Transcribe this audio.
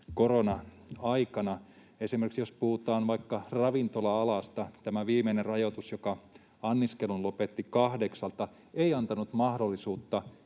korona-aikana. Esimerkiksi jos puhutaan vaikka ravintola-alasta, tämä viimeinen rajoitus, joka anniskelun lopetti kahdeksalta, ei antanut mahdollisuutta